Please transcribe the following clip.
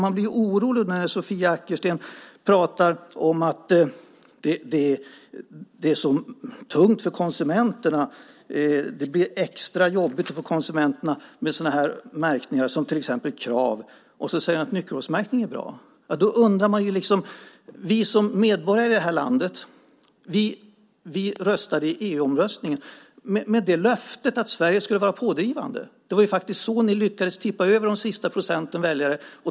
Man blir orolig när Sofia Arkelsten talar om att det är så tungt för konsumenterna. Det blir extra jobbigt för konsumenterna med märkningar som till exempel Krav. Sedan säger hon att nyckelhålsmärkning är bra. Då undrar man. Vi som medborgare i det här landet röstade i EU-omröstningen med det löftet att Sverige skulle vara pådrivande. Det var så ni lyckades tippa över de sista procenten väljare.